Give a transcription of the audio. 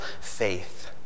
faith